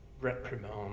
reprimand